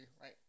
right